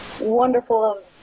wonderful